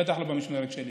בטח לא במשמרת שלי.